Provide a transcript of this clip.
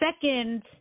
second